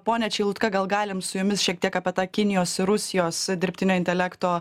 pone čeilutka gal galim su jumis šiek tiek apie tą kinijos ir rusijos dirbtinio intelekto